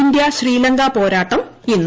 India Sri Lanka പോരാട്ടം ഇന്ന്